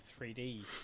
3D